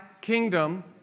kingdom